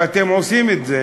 ואתם עושים את זה